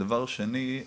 דבר שני,